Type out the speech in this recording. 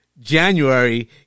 January